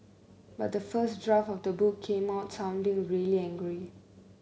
but the first draft of the book came out sounding really angry